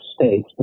States